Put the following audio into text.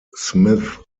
smith